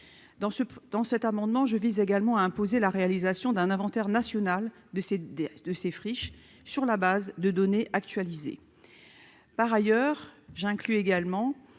dans cet amendement, je vise également à imposer la réalisation d'un inventaire national de CDS de ces friches, sur la base de données actualisées par ailleurs j'inclus également